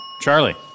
Charlie